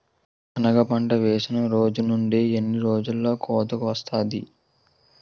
సెనగ పంట వేసిన రోజు నుండి ఎన్ని రోజుల్లో కోతకు వస్తాది?